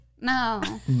No